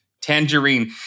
Tangerine